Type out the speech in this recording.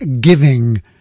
giving